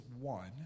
one